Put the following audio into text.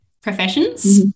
professions